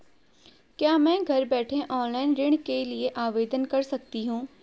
क्या मैं घर बैठे ऑनलाइन ऋण के लिए आवेदन कर सकती हूँ?